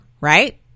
right